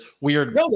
weird